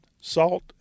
salt